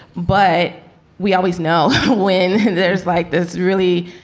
but we always know when there's like this really.